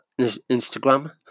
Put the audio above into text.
instagram